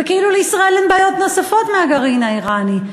וכאילו לישראל אין בעיות נוספות על הגרעין האיראני.